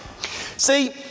See